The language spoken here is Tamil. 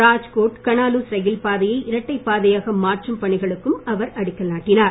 ராஜ்கோட் கனாலுஸ் ரயில் பாதையை இரட்டை பாதையாக மாற்றும் பணிகளுக்கும் அவர் அடிக்கல் நாட்டினார்